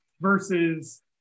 versus